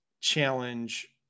challenge